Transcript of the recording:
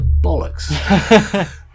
bollocks